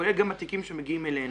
כולל גם התיקים שמגיעים אלינו.